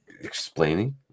explaining